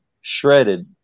shredded